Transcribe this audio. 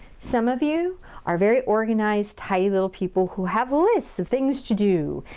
some of you are very organized, tidy little people who have a list of things to do.